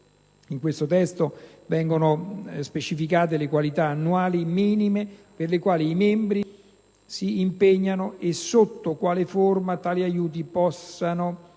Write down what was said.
Nel testo vengono specificate le quantità annuali minime per le quali i membri si impegnano e sotto quale forma tali aiuti possano essere